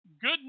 good